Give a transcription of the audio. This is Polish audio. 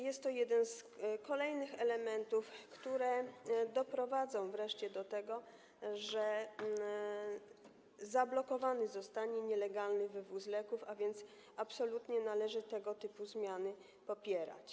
Jest to jeden z kolejnych elementów, które doprowadzą wreszcie do tego, że zablokowany zostanie nielegalny wywóz leków, a więc absolutnie należy tego typu zmiany popierać.